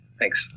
Thanks